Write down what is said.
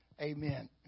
Amen